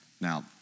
Now